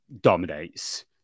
dominates